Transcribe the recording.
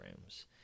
rooms